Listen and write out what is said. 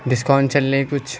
discount چل رہے ہیں کچھ